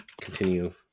continue